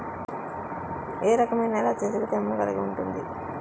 ఏ రకమైన నేల అత్యధిక తేమను కలిగి ఉంటుంది?